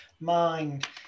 mind